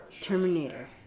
Terminator